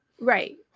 Right